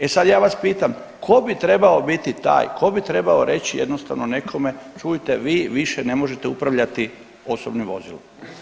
E sad ja vas pitam, tko bi trebao biti taj, tko bi trebao reći jednostavno nekome, čujte, vi više ne možete upravljati osobnim vozilom?